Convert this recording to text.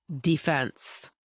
defense